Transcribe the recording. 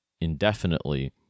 indefinitely